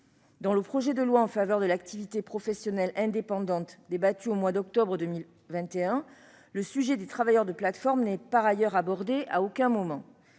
Dans le projet de loi en faveur de l'activité professionnelle indépendante débattu au mois d'octobre 2021, le sujet des travailleurs de plateforme n'est par ailleurs abordé à aucun moment.